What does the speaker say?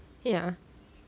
ya